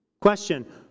Question